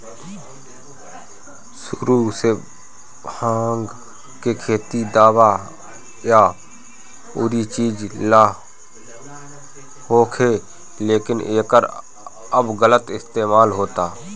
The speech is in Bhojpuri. सुरु से भाँग के खेती दावा या अउरी चीज ला होखे, लेकिन एकर अब गलत इस्तेमाल होता